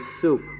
soup